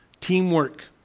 teamwork